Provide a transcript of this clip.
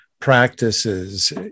practices